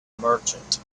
merchant